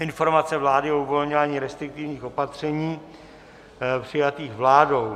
Informace vlády o uvolňování restriktivních opatření přijatých vládou